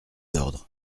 ordres